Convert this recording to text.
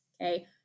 Okay